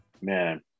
Man